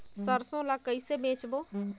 सरसो ला कइसे बेचबो?